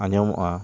ᱟᱸᱡᱚᱢᱚᱜᱼᱟ